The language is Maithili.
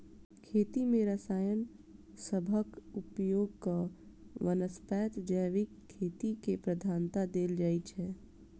खेती मे रसायन सबहक उपयोगक बनस्पैत जैविक खेती केँ प्रधानता देल जाइ छै